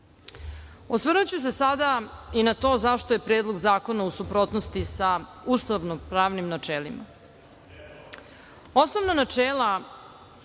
zemlje. Osvrnuću se sada i na to zašto je Predlog zakona u suprotnosti sa ustavno-pravnim načelima.